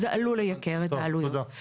זה עלול לייקר את העלויות.